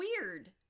weird